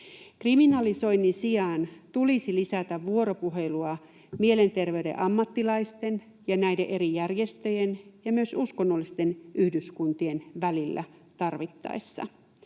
Kriminalisoinnin sijaan tulisi lisätä vuoropuhelua mielenterveyden ammattilaisten ja näiden eri järjestöjen ja myös uskonnollisten yhdyskuntien välillä tarvittaessa,